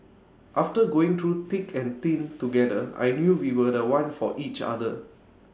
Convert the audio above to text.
after going through thick and thin together I knew we were The One for each other